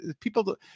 people